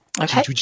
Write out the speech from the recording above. Okay